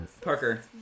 Parker